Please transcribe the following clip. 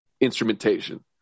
instrumentation